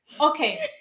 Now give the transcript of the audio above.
Okay